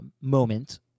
moment